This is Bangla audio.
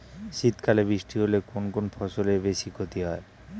শীত কালে বৃষ্টি হলে কোন কোন ফসলের বেশি ক্ষতি হয়?